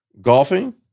Golfing